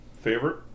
Favorite